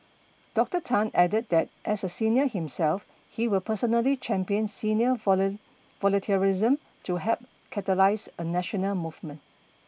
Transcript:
Doctor Tan added that as a senior himself he will personally champion senior volunteerism to help catalyse a national movement